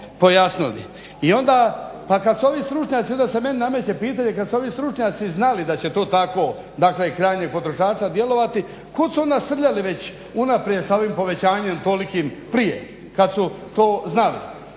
I onda kad su ovi stručnjaci, onda se meni nameće pitanje kad su ovi stručnjaci znali da će to tako dakle do krajnjih potrošača djelovati kud su onda srljali unaprijed sa ovim povećanjem tolikim prije kad su to znali.